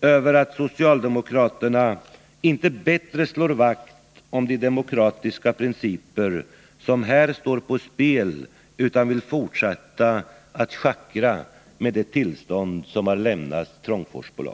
över att socialdemokraterna inte bättre slår vakt om de demokratiska principer som här står på spel utan vill fortsätta att schackra med ett tillstånd som har lämnats Trångfors AB.